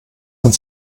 uns